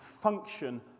function